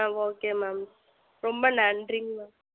ஆ okay ma'am ரொம்ப நன்றிங்க ma'am